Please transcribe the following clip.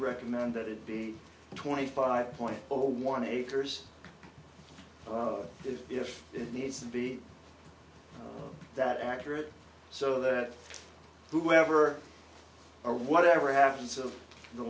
recommend that it be twenty five point zero one acres oh if it needs to be that accurate so that whoever or whatever happens of the